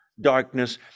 darkness